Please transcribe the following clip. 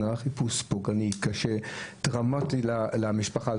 נערך חיפוש פוגעני, קשה, טראומטי למשפחה.